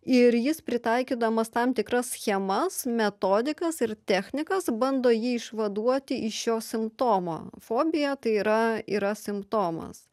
ir jis pritaikydamas tam tikras schemas metodikas ir technikas bando jį išvaduoti iš šio simptomo fobija tai yra yra simptomas